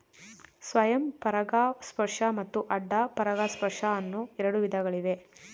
ಸ್ವಯಂ ಪರಾಗಸ್ಪರ್ಶ ಮತ್ತು ಅಡ್ಡ ಪರಾಗಸ್ಪರ್ಶ ಅನ್ನೂ ಎರಡು ವಿಧಗಳಿವೆ